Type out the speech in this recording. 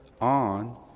on